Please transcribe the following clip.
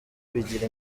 bigira